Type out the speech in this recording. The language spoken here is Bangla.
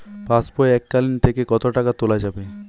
পাশবই এককালীন থেকে কত টাকা তোলা যাবে?